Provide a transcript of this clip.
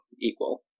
equal